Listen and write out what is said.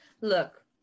Look